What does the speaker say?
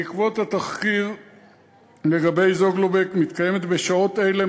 בעקבות התחקיר לגבי "זוגלובק" מתקיים בשעות אלה,